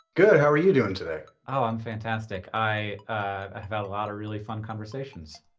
good, how are you doing today? oh, i'm fantastic. i have had a lot of really fun conversations.